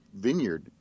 Vineyard